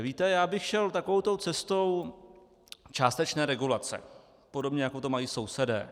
Víte, já bych šel takovou tou cestou částečné regulace, podobně jako to mají sousedé.